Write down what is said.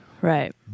Right